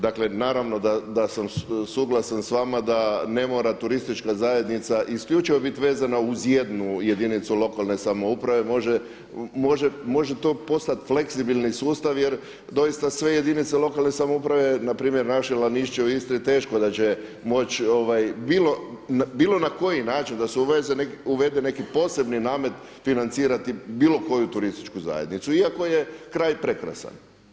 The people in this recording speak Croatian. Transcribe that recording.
Dakle naravno da sam suglasan s vama da ne mora turistička zajednica isključivo biti vezana uz jednu jedinicu lokalne samouprave, može to postati fleksibilni sustav jer doista sve jedinice lokalne samouprave npr. naše Lanišće u Istri teško da će moći bilo na koji način da se uvede neki posebni namet financirati bilo koju turističku zajednicu, iako je kraj prekrasan.